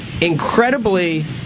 Incredibly